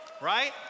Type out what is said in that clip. right